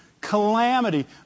calamity